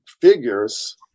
figures